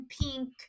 pink